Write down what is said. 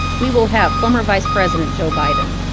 we will have former vice president joe biden,